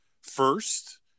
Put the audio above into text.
first